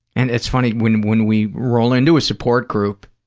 and it's funny, when when we roll into a support group,